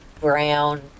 brown